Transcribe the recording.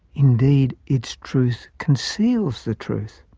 indeed its truth conceals the truth.